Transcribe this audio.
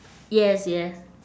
yes yes